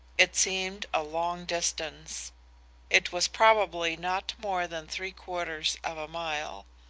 it seemed a long distance it was probably not more than three quarters of a mile.